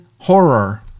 Horror